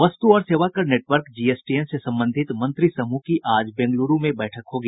वस्तू और सेवा कर नेटवर्क जीएसटीएन से संबंधित मंत्री समूह की आज बेंगलुरू में बैठक होगी